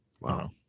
Wow